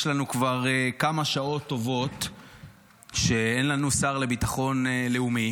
יש כבר כמה שעות טובות שאין לנו שר לביטחון לאומי